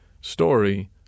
story